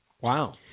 Wow